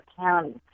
County